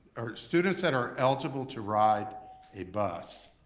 or students that are eligible to ride a bus,